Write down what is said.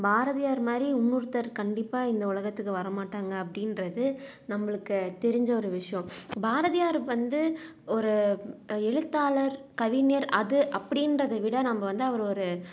பாரதியார் மாதிரி இன்னொருத்தர் கண்டிப்பாக இந்த உலகத்துக்கு வரமாட்டாங்க அப்படின்றது நம்மளுக்கு தெரிஞ்ச ஒரு விஷயம் பாரதியார் வந்து ஒரு எழுத்தாளர் கவிஞர் அது அப்படின்றத விட நம்ம வந்து அவர் ஒரு